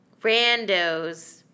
Randos